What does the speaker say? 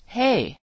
Hey